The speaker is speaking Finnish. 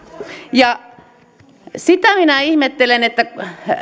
sitä minä ihmettelen että